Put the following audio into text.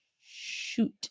shoot